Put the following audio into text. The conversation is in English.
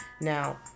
Now